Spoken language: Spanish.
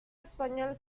español